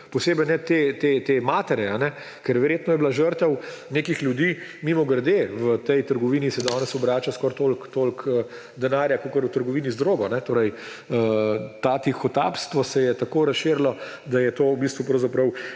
posebej ne te matere, ker verjetno je bila žrtev nekih ljudi. Mimogrede, v tej trgovini se danes obrača toliko denarja kakor v trgovini z drogo; torej to tihotapstvo se je tako razširilo, da je to v bistvu pravzaprav